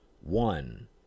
one